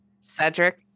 Cedric